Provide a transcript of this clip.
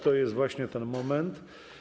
To jest właśnie ten moment.